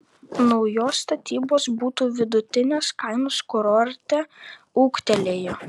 naujos statybos butų vidutinės kainos kurorte ūgtelėjo